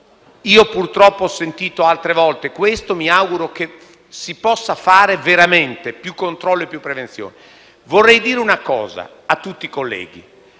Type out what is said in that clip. io purtroppo ho sentito altre volte parlare di questo e mi auguro che si possa fare veramente più controllo e più prevenzione. Vorrei dire una cosa a tutti i colleghi: